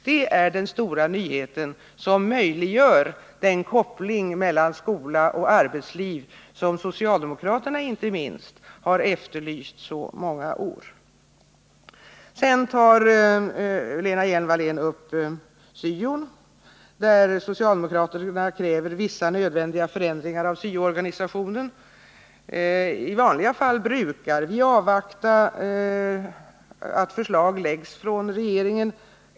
Det är den stora nyheten, som möjliggör den koppling mellan skola och arbetsliv som inte minst socialdemokraterna har efterlyst i så många år. Lena Hjelm-Wallén tog sedan upp syo-verksamheten och talade om att socialdemokraterna kräver vissa nödvändiga förändringar av syo-organisationen. I vanliga fall brukar vi avvakta att förslag läggs fram av regeringen.